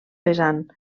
pesant